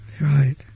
right